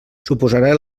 suposarà